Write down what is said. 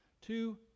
Two